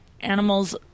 animals